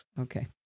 Okay